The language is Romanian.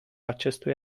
acestui